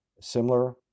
similar